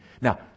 now